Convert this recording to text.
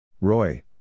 Roy